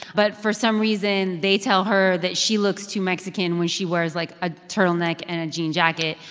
but for some reason, they tell her that she looks too mexican when she wears like a turtleneck and a jean jacket,